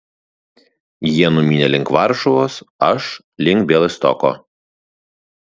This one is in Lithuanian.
jie numynė link varšuvos aš link bialystoko